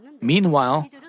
Meanwhile